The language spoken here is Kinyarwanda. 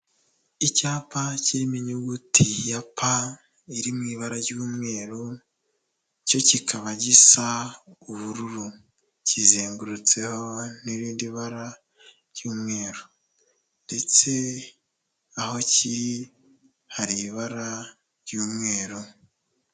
Icyapa kirimo inyuguti ya p iri mu ibara ry'umweru cyo kikaba gisa ubururu, kizengurutseho n'irindi bara ry'umweru, ndetse aho kiri hari ibara ry'umweru.